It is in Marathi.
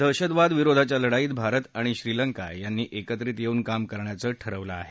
दहशतवाद विरोधाच्या लढाईत भारत आणि श्रीलंका यांनी एकत्रित येवून काम करण्याचं ठकवलं आहे